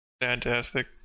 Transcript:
Fantastic